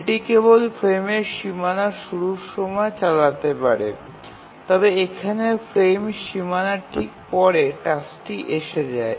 এটি কেবল ফ্রেমের সীমানা শুরুর সময় চালাতে পারে তবে এখানে ফ্রেম সীমানার ঠিক পরে টাস্কটি এসে যায়